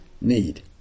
need